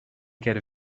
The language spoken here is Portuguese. quer